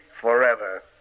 Forever